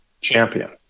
champion